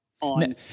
On